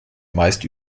meist